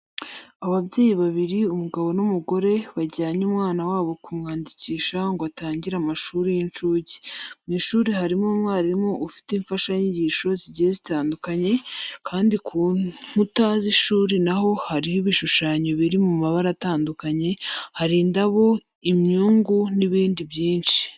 Ababyeyi babiri, umugabo n'umugore bajyanye umwana wabo kumwandikisha ngo atangire amashuri y'incuke. Mu ishuri harimo umwarimu ufite imfashanyagisho zigiye zitandukanye, kandi ku nkuta z'ishuri naho hariho ibishushanyo biri mu mabara atandukanye, hari indabo, imyungu n'ibindi byinshi.